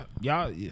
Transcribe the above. Y'all